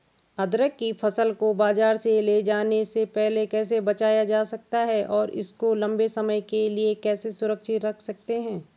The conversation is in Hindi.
अदरक की फसल को बाज़ार ले जाने से पहले कैसे बचाया जा सकता है और इसको लंबे समय के लिए कैसे सुरक्षित रख सकते हैं?